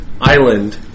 island